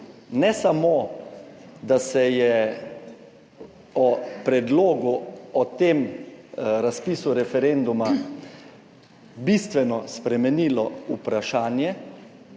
Ne samo, da se je o predlogu o tem razpisu referenduma bistveno spremenilo vprašanje,